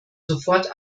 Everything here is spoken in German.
sofort